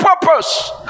purpose